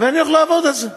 ואני הולך לעבוד על זה.